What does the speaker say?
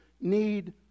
need